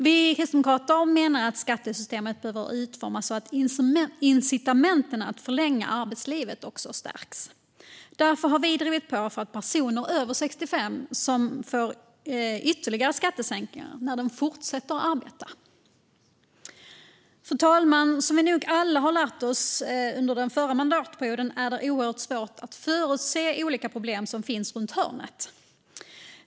Vi kristdemokrater menar att skattesystemet behöver utformas så att incitamenten att förlänga arbetslivet stärks. Därför har vi drivit på för att personer över 65 år ska få ytterligare skattesänkningar när de fortsätter arbeta. Fru talman! Som vi nog alla har lärt oss under den förra mandatperioden är det oerhört svårt att förutse vilka problem som finns runt hörnet.